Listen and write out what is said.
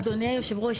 אדוני יושב הראש,